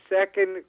Second